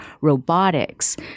Robotics